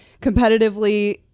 competitively